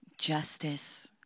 Justice